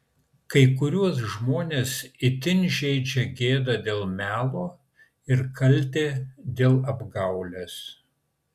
kai kuriuos žmones itin žeidžia gėda dėl melo ir kaltė dėl apgaulės